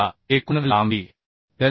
आपल्याला एकूण लांबी LW